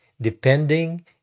depending